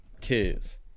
kids